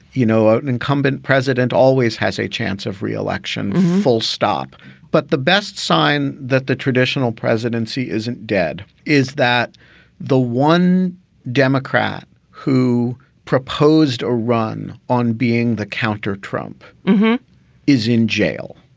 you know, an incumbent president always has a chance of re-election. full stop but the best sign that the traditional presidency isn't dead is that the one democrat who proposed a run on being the counter trump is in jail.